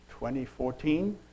2014